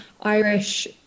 Irish